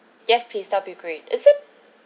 yes please that would be great is it